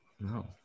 No